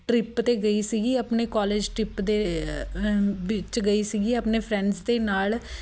trip 'ਤੇ ਗਈ ਸੀਗੀ ਆਪਣੇ ਕੋਲਜ ਟਰਿੱਪ ਦੇ ਵਿੱਚ ਗਈ ਸੀਗੀ ਆਪਣੇ ਫਰੈਂਡਸ ਦੇ ਨਾਲ